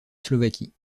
slovaquie